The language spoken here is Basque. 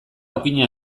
okina